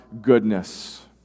goodness